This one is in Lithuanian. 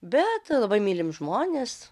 bet labai mylim žmones